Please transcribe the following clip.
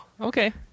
Okay